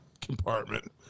compartment